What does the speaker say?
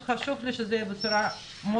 ופשוט חשוב לי שזה יהיה בצורה מסודרת